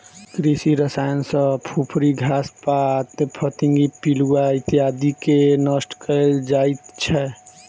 कृषि रसायन सॅ फुफरी, घास पात, फतिंगा, पिलुआ इत्यादिके नष्ट कयल जाइत छै